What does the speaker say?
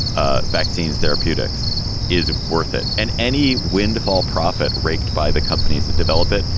ah vaccines, therapeutics is worth it. and any windfall profit raked by the companies that develop it,